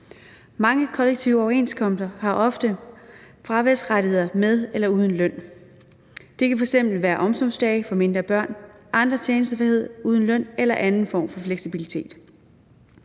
Mange kollektive overenskomster har ofte fraværsrettigheder med eller uden løn. Det kan f.eks. være omsorgsdage for mindre børn, anden tjenestefrihed uden løn eller anden form for fleksibilitet.